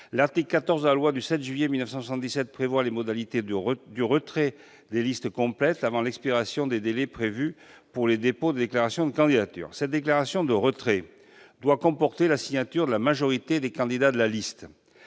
L'article 14 de cette même loi précise les modalités du retrait des listes complètes avant l'expiration des délais prévus pour le dépôt des déclarations de candidature. Cette déclaration de retrait doit comporter la signature de la majorité des candidats de la liste.